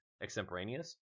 extemporaneous